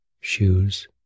shoes